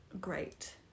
great